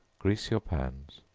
grease your pans,